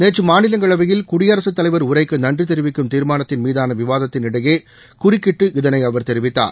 நேற்று மாநிலங்களவையில் குடியரசுத்தலைவர் உரைக்கு நன்றி தெரிவிக்கும் தீர்மானத்தின் மீதான விவாதத்தின் இடையே குறுக்கிட்டு இதனை அவர் தெரிவித்தார்